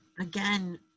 again